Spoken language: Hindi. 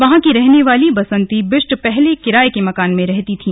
वहां की रहनेवाली बसंती बिष्ट पहले किराए के मकान में रहती थी